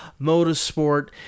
Motorsport